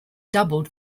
doubled